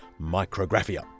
micrographia